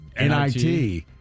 NIT –